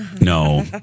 No